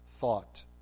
thought